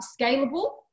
scalable